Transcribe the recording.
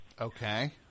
Okay